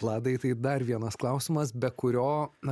vladai tai dar vienas klausimas be kurio